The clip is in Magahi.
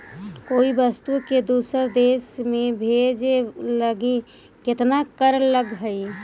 कोई वस्तु के दूसर देश में भेजे लगी केतना कर लगऽ हइ?